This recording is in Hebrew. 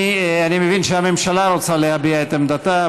אני מבין שהממשלה רוצה להביע את עמדתה.